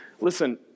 Listen